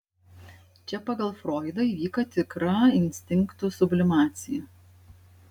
čia pagal froidą įvyko tikra instinktų sublimacija